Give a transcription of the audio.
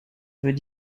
veut